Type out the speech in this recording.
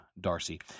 Darcy